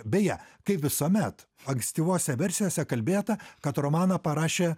beje kaip visuomet ankstyvose versijose kalbėta kad romaną parašė